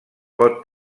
pot